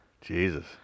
Jesus